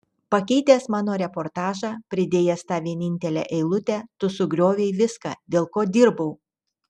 pakeitęs mano reportažą pridėjęs tą vienintelę eilutę tu sugriovei viską dėl ko dirbau